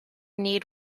need